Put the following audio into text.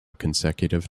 consecutive